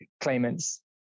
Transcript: claimants